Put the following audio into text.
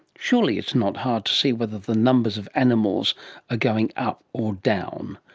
surely it's not hard to see whether the numbers of animals are going up or down.